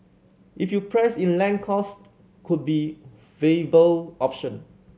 if you price in land cost could be a option